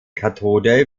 kathode